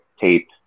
tape